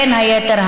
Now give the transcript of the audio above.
בין היתר,